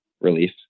relief